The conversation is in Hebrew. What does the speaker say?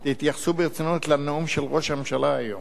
תתייחסו ברצינות לנאום של ראש הממשלה היום.